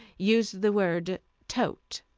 used the word tote.